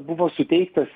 buvo suteiktas